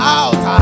out